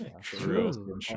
True